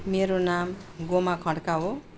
मेरो नाम गोमा खड्का हो